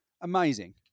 amazing